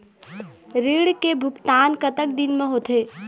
ऋण के भुगतान कतक दिन म होथे?